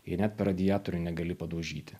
jei net per radiatorių negali padaužyti